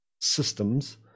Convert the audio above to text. systems